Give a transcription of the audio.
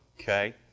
Okay